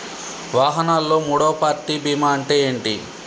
వాహనాల్లో మూడవ పార్టీ బీమా అంటే ఏంటి?